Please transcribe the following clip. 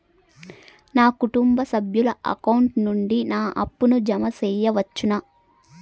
నా కుటుంబ సభ్యుల అకౌంట్ నుండి నా అప్పును జామ సెయవచ్చునా?